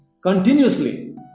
Continuously